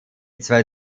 zwei